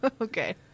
Okay